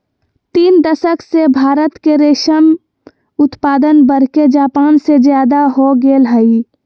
तीन दशक से भारत के रेशम उत्पादन बढ़के जापान से ज्यादा हो गेल हई